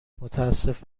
متاسف